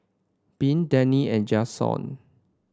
Bea Dani and Jaxon